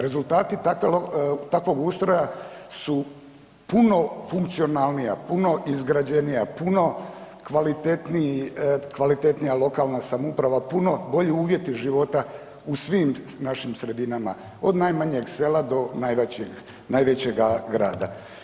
Rezultati takvog ustroja su puno funkcionalnija, puno izgrađena, puno kvalitetnija lokalna samouprava, puno bolji uvjeti života u svim našim sredinama, od najmanjeg sela do najvećega grada.